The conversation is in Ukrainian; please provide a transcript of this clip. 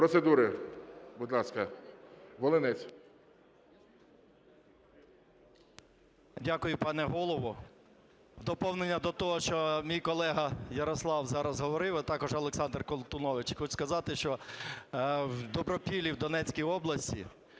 процедури, будь ласка, Волинець. 11:08:34 ВОЛИНЕЦЬ М.Я. Дякую, пане Голово. Доповнення до того, що мій колега Ярослав зараз говорив, а також Олександр Колтунович. Я хочу сказати, що в Добропіллі в Донецькій області